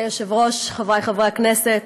אדוני היושב-ראש, חבריי חברי הכנסת,